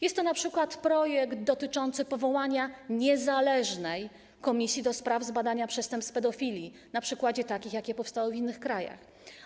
Jest to np. projekt dotyczący powołania niezależnej komisji do spraw zbadania przestępstw pedofilii, na przykładzie takich komisji, jakie powstały w innych krajach.